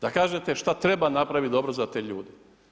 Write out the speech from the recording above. Da kažete što treba napraviti dobro za te ljude.